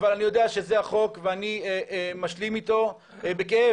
אבל אני יודע שזה החוק ואני משלים איתו בכאב,